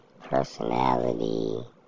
personality